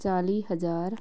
ਚਾਲੀ ਹਜ਼ਾਰ